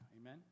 amen